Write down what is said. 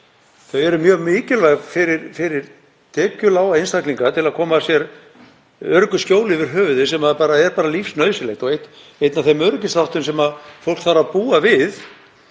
Þau eru mjög mikilvæg fyrir tekjulága einstaklinga til að koma sér öruggu skjóli yfir höfuðið, sem er bara lífsnauðsynlegt og einn af þeim öryggisþáttum sem fólk þarf að búa við.